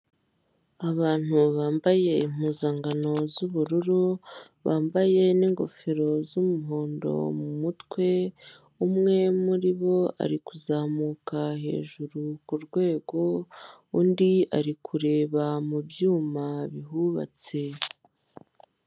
Abantu bamabaye impuzankano z'ubururu bambaye n'ingofero z'imihondo mu mutwe, umwe muri bo ari kuzamuka hejuru ku rwego undi ari kureba mu byuma bihubatse.